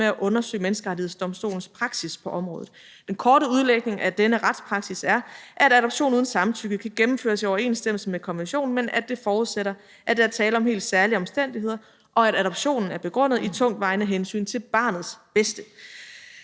ved at undersøge Menneskerettighedsdomstolens praksis på området. Den korte udlægning af denne retspraksis er, at adoption uden samtykke kan gennemføres i overensstemmelse med konventionen, men at det forudsætter, at der er tale om helt særlige omstændigheder, og at adoptionen er begrundet i tungtvejende hensyn til barnets bedste.